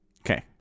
Okay